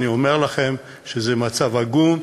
אני אומר לכם שזה מצב עגום.